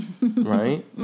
Right